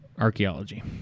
archaeology